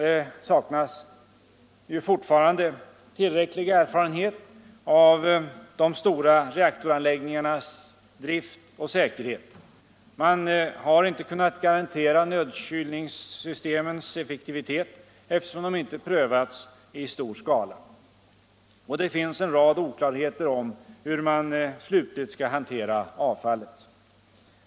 Det saknas fortfarande tillräcklig erfarenhet av de stora reaktoranläggningarnas drift och säkerhet. Man har inte kunnat garantera nödkylningssystemens effektivitet, eftersom de inte prövats i stor skala. Och det finns en rad oklarheter om hur man slutligt skall hantera avfallet.